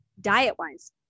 Diet-wise